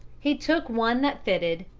he took one that fitted,